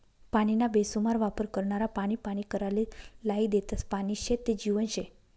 पानीना बेसुमार वापर करनारा पानी पानी कराले लायी देतस, पानी शे ते जीवन शे